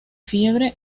fiebre